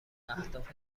اهداف